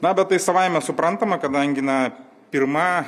na bet tai savaime suprantama kadangi na pirma